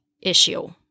issue